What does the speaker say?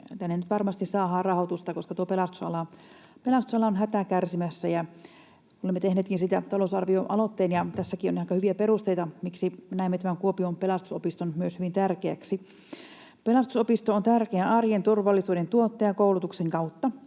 nyt varmasti rahoitusta, koska pelastusala on hätää kärsimässä. Olemme tehneetkin siitä talousarvioaloitteen, ja tässäkin on aika hyviä perusteita, miksi näemme tämän Kuopion Pelastusopiston hyvin tärkeäksi. Pelastusopisto on tärkeä arjen turvallisuuden tuottaja koulutuksen kautta.